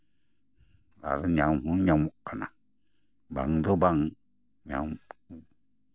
ᱟᱨ ᱧᱟᱢ ᱦᱚᱸ ᱧᱟᱢᱚᱜ ᱠᱟᱱᱟ ᱵᱟᱝ ᱫᱚ ᱵᱟᱝ ᱧᱟᱢ